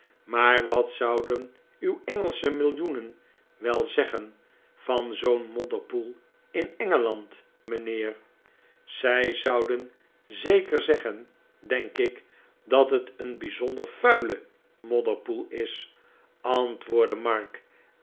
maar wat zouden uw engelsche millioenen wel zeggen van zoo'n modderpoel in engeland mijnheer zij zouden zeker zeggen denk ik dat het een bij zonder vuile modderpoel is antwoordde mark